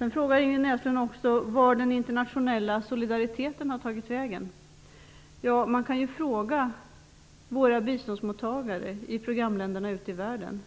Ingrid Näslund frågade också vart den internationella solidariteten har tagit vägen. Man kan fråga våra biståndsmottagare i programländerna ute i världen.